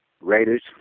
Raiders